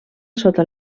sota